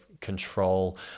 control